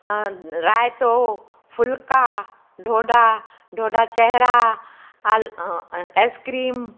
रायतो फुलका डोढा डोढा चहरा ऑल अ आइस्क्रीम